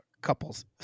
Couples